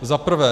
Za prvé.